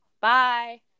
bye